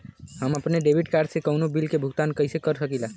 हम अपने debit card से कउनो बिल के भुगतान कइसे कर सकीला?